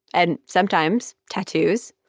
and sometimes, tattoos,